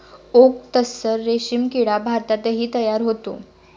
okay तस्सर रेशीम किडा भारतातही तयार होतो